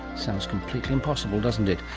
sounds completely impossible, doesn't it.